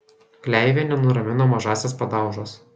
kleivienė nuramino mažąsias padaužas